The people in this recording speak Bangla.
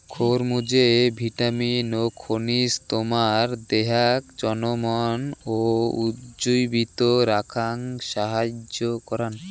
খরমুজে ভিটামিন ও খনিজ তোমার দেহাক চনমন ও উজ্জীবিত রাখাং সাহাইয্য করাং